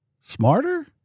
smarter